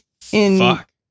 fuck